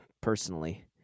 personally